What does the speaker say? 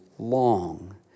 Long